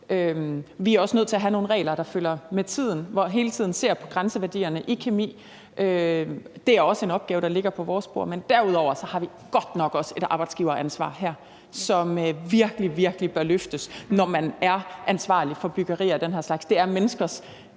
Vi er også nødt til have nogle regler, der følger med tiden, hvor man hele tiden ser på grænseværdierne i kemi. Det er også en opgave, der ligger på vores bord, men derudover har vi godt nok også et arbejdsgiveransvar her, som virkelig, virkelig bør løftes, når man er ansvarlig for byggeri af den her slags. Det er menneskers